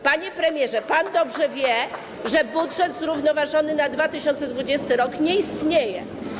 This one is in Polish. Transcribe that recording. Panie premierze, pan dobrze wie, że budżet zrównoważony na 2020 r. nie istnieje.